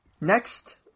next